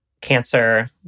cancer